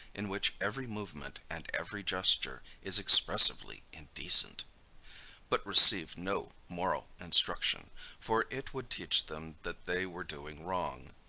in which every movement and every gesture is expressively indecent but receive no moral instruction for it would teach them that they were doing wrong.